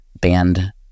band